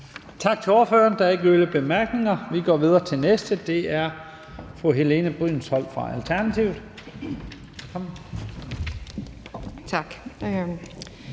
Tak til ordføreren. Der er ikke flere bemærkninger. Vi går videre til næste ordfører, og det er fru Helene Brydensholt fra Alternativet.